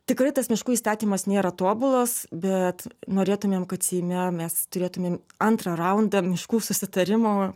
tikrai tas miškų įstatymas nėra tobulas bet norėtumėm kad seime mes turėtumėm antrą raundą miškų susitarimo